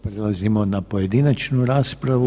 Prelazimo na pojedinačnu raspravu.